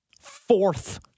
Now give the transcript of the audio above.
fourth